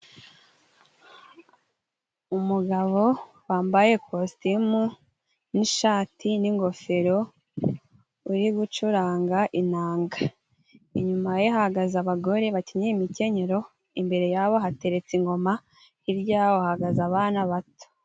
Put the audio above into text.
Umugabo wambaye kositimu n'ishati n'ingofero uri gucuranga inanga. Inyuma ye hahagaze abagore bakenyeye imikenyero, imbere ya bo hateretse ingoma, hirya hahagaze abana bato.